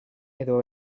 edo